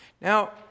Now